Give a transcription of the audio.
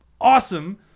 awesome